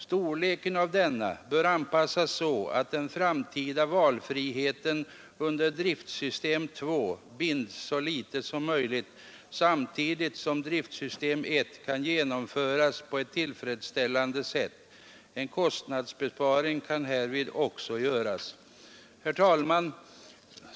Storleken av denna bör anpassas så att den framtida valfriheten under driftsystem 2 binds så litet som möjligt samtidigt som driftsystem 1 kan genomföras på ett tillfredsställande sätt. En kostnads besparing kan här också göras. Herr talman!